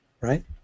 right